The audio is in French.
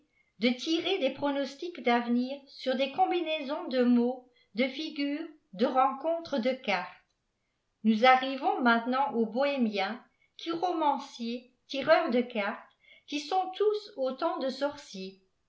de tirer des pronosticè d'avenir éur des éonibinàiàdns e mots de figures de rencontres de cartes r nous arrivons maintenant aux boiëmiéïis chirôthandenélefreurs de cartes qui sont tous autant de sorciers